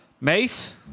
Mace